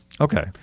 Okay